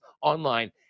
online